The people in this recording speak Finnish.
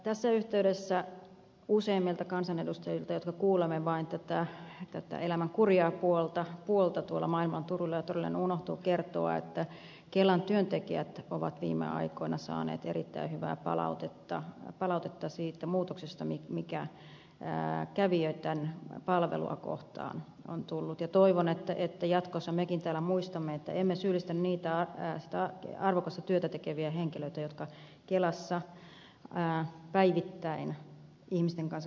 tässä yhteydessä useimmat kansanedustajat jotka kuulemme vain tätä elämän kurjaa puolta tuolla maailman turuilla ja toreilla unohtavat kertoa että kelan työntekijät ovat viime aikoina saaneet erittäin hyvää palautetta siitä muutoksesta mikä kävijöitten palvelussa on tapahtunut ja toivon että jatkossa mekin täällä muistamme että emme syyllistä niitä henkilöitä jotka kelassa päivittäin sitä arvokasta työtä tekevät